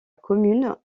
commune